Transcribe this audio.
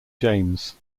james